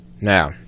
Now